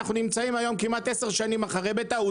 אנחנו נמצאים היום כמעט 10 שנים אחרי בטעות.